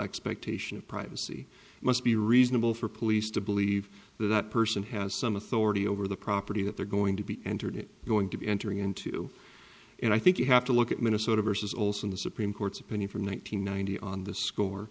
expectation of privacy must be reasonable for police to believe that that person has some authority over the property that they're going to be entered going to be entering into and i think you have to look at minnesota versus olson the supreme court's opinion from one nine hundred ninety on the score